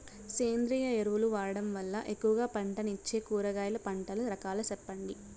సేంద్రియ ఎరువులు వాడడం వల్ల ఎక్కువగా పంటనిచ్చే కూరగాయల పంటల రకాలు సెప్పండి?